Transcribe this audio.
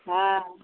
हँ